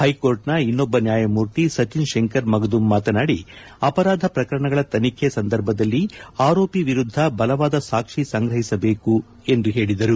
ಹೈಕೋರ್ಟ್ನ ಇನ್ನೊಬ್ಬ ನ್ಯಾಯಮೂರ್ತಿ ಸಚಿನ್ ಶಂಕರ್ ಮಗದುಂ ಮಾತನಾದಿ ಅಪರಾಧ ಪ್ರಕರಣಗಳ ತನಿಖೆ ಸಂದರ್ಭದಲ್ಲಿ ಆರೋಪಿ ವಿರುದ್ದ ಬಲವಾದ ಸಾಕ್ಷಿ ಸಂಗ್ರಹಿಸಬೇಕು ಎಂದು ಹೇಳಿದರು